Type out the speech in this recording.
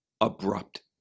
abrupt